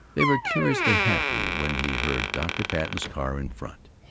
they were curiously happy when he heard dr. patten's car in front.